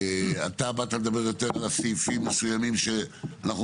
אתה באת לדבר יותר על סעיפים מסוימים שאנחנו